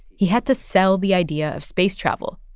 he had to sell the idea of space travel.